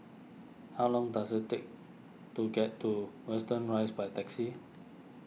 how long does it take to get to Watten Rise by taxi